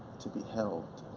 to be held.